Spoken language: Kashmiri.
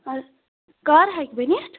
کر کَر ہیٚکہِ بٔنِتھ